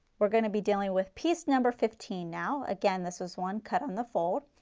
we are going to be dealing with piece number fifteen now. again this is one cut on the fold,